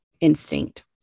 instinct